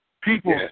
People